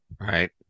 right